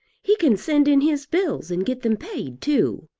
he can send in his bills, and get them paid too.